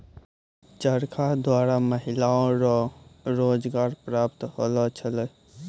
चरखा द्वारा महिलाओ रो रोजगार प्रप्त होलौ छलै